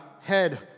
head